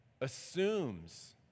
assumes